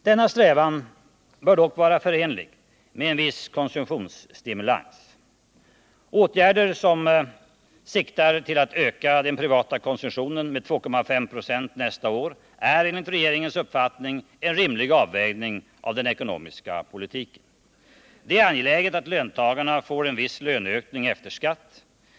Denna strävan bör dock vara förenlig med en viss konsumtionsstimulans. Åtgärder som siktar till att öka den privata konsumtionen med 2,5 96 nästa år är enligt regeringens uppfattning en rimlig avvägning av den ekonomiska politiken. Det är angeläget att löntagarna får en viss löneökning efter skatt.